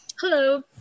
Hello